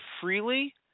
freely